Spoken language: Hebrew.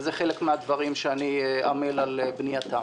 וזה חלק מן הדברים שאני עמֵל על בנייתם.